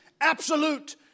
absolute